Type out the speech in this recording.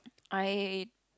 I